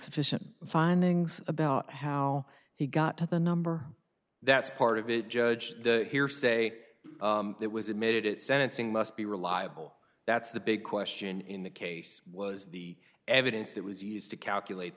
sufficient findings about how he got to the number that's part of it judge the hearsay that was admitted at sentencing must be reliable that's the big question in the case was the evidence that was used to calculate